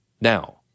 Now